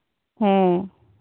ᱦᱮᱸ